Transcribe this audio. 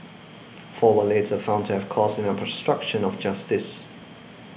four were later found to have caused an obstruction of justice